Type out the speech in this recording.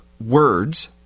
words